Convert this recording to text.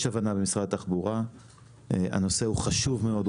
יש הבנה במשרד התחבורה שהנושא חשוב מאוד,